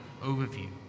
Overview